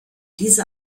diese